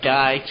guy